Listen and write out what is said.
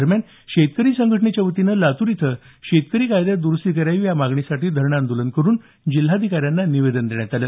दरम्यान शेतकरी संघटनेच्यावतीनंही लातूर इथं शेतकरी कायद्यात दुरुस्ती करावी या मागणीसाठी धरणं आंदोलनं करुन जिल्हाधिकाऱ्यांना निवेदन देण्यात आलं